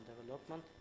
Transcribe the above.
development